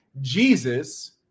Jesus